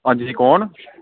हां जी कौन